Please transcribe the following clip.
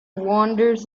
wanders